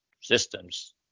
systems